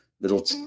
little